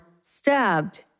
stabbed